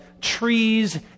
trees